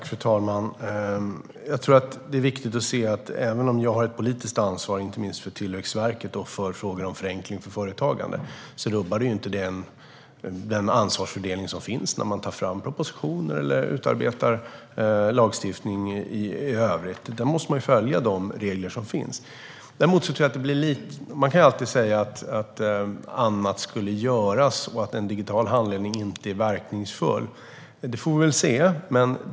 Fru talman! Det är viktigt att se att även om jag har ett politiskt ansvar, inte minst för Tillväxtverket och frågor om förenkling för företagande, rubbar det inte den ansvarsfördelning som finns när man tar fram propositioner eller utarbetar lagstiftning i övrigt. Där måste man följa de regler som finns. Man kan alltid säga att annat skulle göras och att en digital handledning inte är verkningsfull. Det får vi väl se.